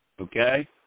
Okay